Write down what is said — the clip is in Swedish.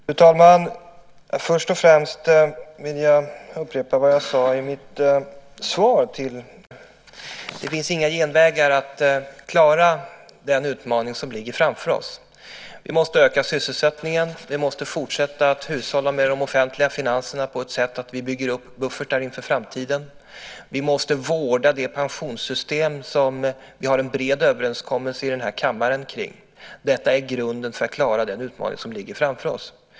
Fru talman! Först och främst vill jag upprepa vad jag sade i mitt svar till Mats Odell. Det finns inga genvägar för att klara den utmaning som ligger framför oss. Vi måste öka sysselsättningen, vi måste fortsätta att hushålla med de offentliga finanserna på så sätt att vi bygger upp buffertar inför framtiden och vi måste vårda det pensionssystem som vi har en bred överenskommelse om i den här kammaren. Detta är grunden för att klara den utmaning som ligger framför oss.